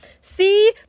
see